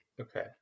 okay